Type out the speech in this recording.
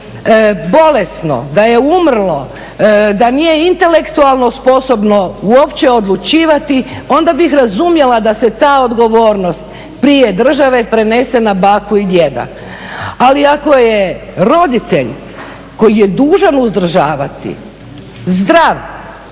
bolesno da je umrlo, da nije intelektualno sposobno uopće odlučivati onda bih razumjela da se ta odgovornost prije države prenese na baku i djeda. Ali ako je roditelj koji je dužan uzdržavati zdrav